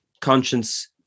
conscience